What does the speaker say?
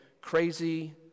crazy